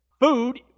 Food